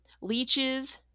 leeches